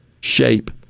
shape